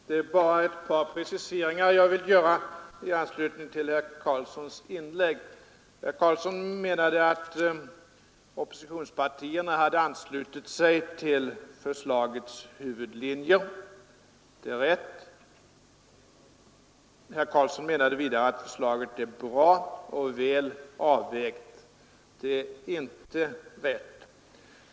Herr talman! Det är bara ett par preciseringar jag vill göra i anslutning till herr Karlssons inlägg. Herr Karlsson menade att oppositionspartierna hade anslutit sig till förslagets huvudlinjer. Det är rätt. Herr Karlsson menade vidare att förslaget är bra och väl avvägt. Det är inte rätt.